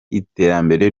iterambere